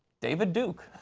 david duke.